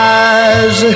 eyes